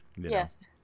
yes